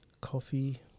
Coffee